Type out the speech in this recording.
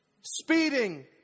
speeding